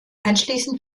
anschließend